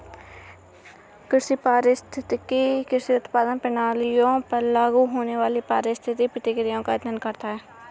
कृषि पारिस्थितिकी कृषि उत्पादन प्रणालियों पर लागू होने वाली पारिस्थितिक प्रक्रियाओं का अध्ययन करता है